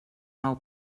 nou